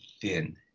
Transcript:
thin